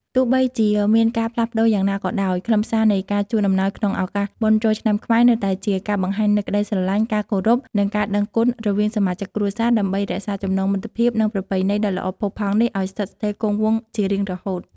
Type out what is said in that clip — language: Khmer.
ទោះបីជាមានការផ្លាស់ប្តូរយ៉ាងណាក៏ដោយ ខ្លឹមសារនៃការជូនអំណោយក្នុងឱកាសបុណ្យចូលឆ្នាំខ្មែរនៅតែជាការបង្ហាញនូវក្តីស្រឡាញ់ ការគោរព និងការដឹងគុណរវាងសមាជិកគ្រួសារ ដើម្បីរក្សាចំណងមិត្តភាព និងប្រពៃណីដ៏ល្អផូរផង់នេះឱ្យស្ថិតស្ថេរគង់វង្សជារៀងរហូត។